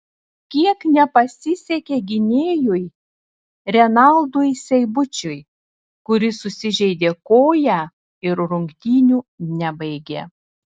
kiek nepasisekė gynėjui renaldui seibučiui kuris susižeidė koją ir rungtynių nebaigė